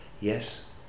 yes